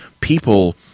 people